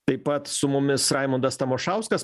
taip pat su mumis raimundas tamošauskas